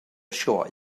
sioe